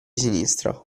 sinistra